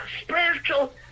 spiritual